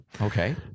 Okay